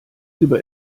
über